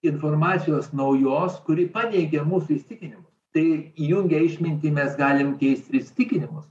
informacijos naujos kuri paneigia mūsų įsitikinimus tai įjungę išmintį mes galim keisti įsitikinimus